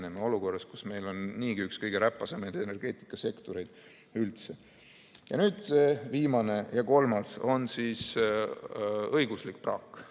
olukorras, kus meil on niigi üks kõige räpasemaid energeetikasektoreid üldse. Nüüd viimane ja kolmas [tegur]: õiguslik praak.